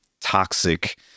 toxic